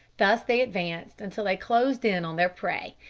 thus they advanced until they closed in on their prey,